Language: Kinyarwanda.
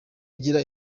igira